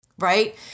right